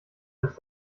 als